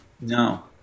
No